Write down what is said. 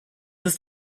ist